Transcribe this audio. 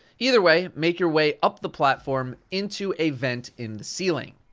either way, make your way up the platform into a vent in the ceiling.